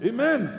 Amen